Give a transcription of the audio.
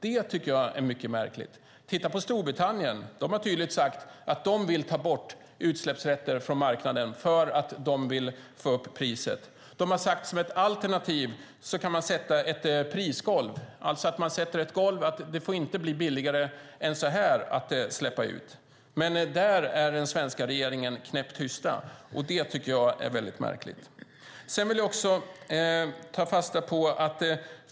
Det tycker jag är mycket märkligt. Storbritannien har sagt att man vill ta bort utsläppsrätter från marknaden för att få upp priset. De har sagt att man som alternativ kan sätta ett prisgolv, det vill säga att det inte får bli billigare än så att släppa ut. Där är den svenska regeringen knäpptyst. Det tycker jag är märkligt.